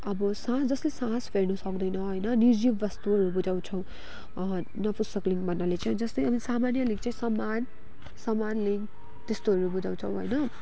अब सास जसले सास फर्नु सक्दैन होइन निर्जीव वस्तुहरू बुझाउँछौँ नपुंसकलिङ्ग भन्नाले चाहि जस्तै अब सामान्यलिङ्ग चाहिँ समान समान लिङ्ग त्यस्तोहरू बुझाउँछौँ होइन